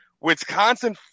Wisconsin